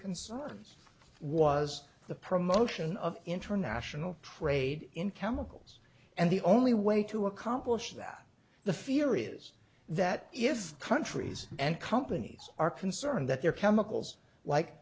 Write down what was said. concerns was the promotion of international trade in chemicals and the only way to accomplish that the fear is that if countries and companies are concerned that their chemicals like